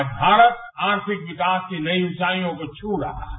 आज भारत आर्थिक विकास की नई ऊंचाइयों को पू रहा है